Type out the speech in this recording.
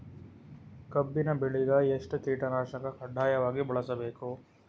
ಕಬ್ಬಿನ್ ಬೆಳಿಗ ಎಷ್ಟ ಕೀಟನಾಶಕ ಕಡ್ಡಾಯವಾಗಿ ಬಳಸಬೇಕು?